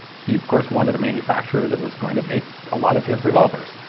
he, of course, wanted a manufacturer that was going to make a lot of his revolvers.